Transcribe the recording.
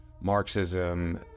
Marxism